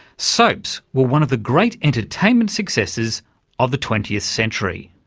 soaps were one of the great entertainment successes of the twentieth century,